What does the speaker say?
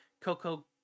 Coco